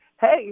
Hey